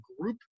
group